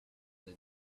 the